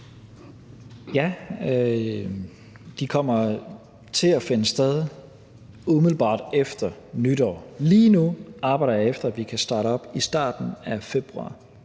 Ja, de kommer til at finde sted umiddelbart efter nytår. Lige nu arbejder jeg efter, at vi kan starte op i starten af februar.